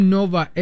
Nova